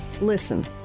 Listen